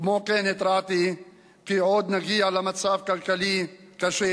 כמו כן, התרעתי כי עוד נגיע למצב כלכלי קשה,